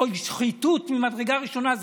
זוהי שחיתות ממדרגה ראשונה.